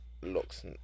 looks